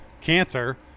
cancer